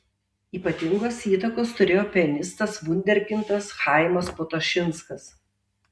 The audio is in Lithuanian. ypatingos įtakos turėjo pianistas vunderkindas chaimas potašinskas